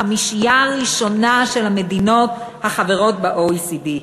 בחמישייה הראשונה של המדינות החברות ב-OECD.